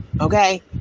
Okay